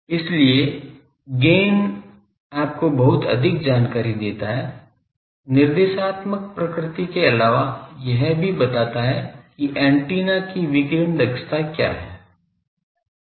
इसलिए गैन आपको बहुत अधिक जानकारी देता है निर्देशात्मक प्रकृति के अलावा यह भी बताता है कि एंटीना की विकिरण दक्षता क्या है